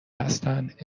هستند